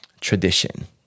tradition